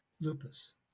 lupus